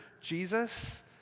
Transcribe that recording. Jesus